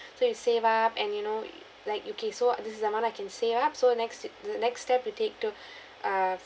so you save up and you know like okay so this is the amount I can save up so next the next step you take to uh